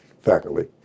faculty